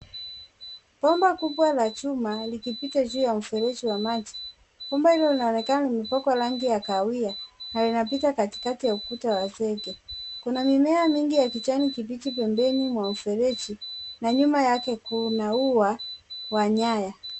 Bomba kubwa la chuma likipita juu ya mfereji wa maji. Bomba hilo linaonekana limepakwa rangi ya kahawia na linapita katikati ya ukuta wa zege. Kuna mimea mingi ya kijani kibichi pembeni mwa mfereji na nyuma yake kuna ua wa nyaya.